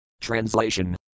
Translation